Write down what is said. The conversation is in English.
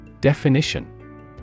Definition